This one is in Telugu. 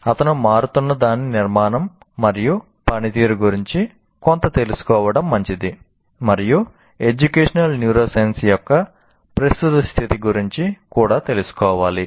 అతను మారుతున్న దాని నిర్మాణం మరియు పనితీరు గురించి కొంత తెలుసుకోవడం మంచిది మరియు ఎడ్యుకేషనల్ న్యూరోసైన్స్ educational neuroscience యొక్క ప్రస్తుత స్థితి గురించి కూడా తెలుసుకోవాలి